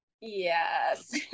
yes